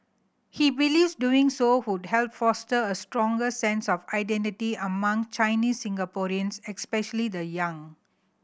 he believes doing so would help foster a stronger sense of identity among Chinese Singaporeans especially the young